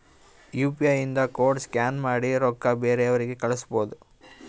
you P I ಇಂದ code scan ಮಾಡಿ ರೊಕ್ಕಾ ಬೇರೆಯವ್ರಿಗಿ ಕಳುಸ್ಬೋದ್